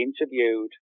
interviewed